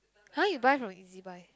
!huh! you buy from e_z-buy